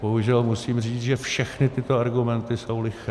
Bohužel musím říct, že všechny tyto argumenty jsou liché.